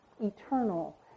eternal